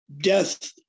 death